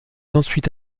ensuite